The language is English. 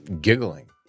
giggling